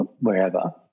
wherever